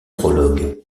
prologue